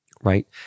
right